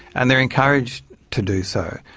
and they're encouraged to do so.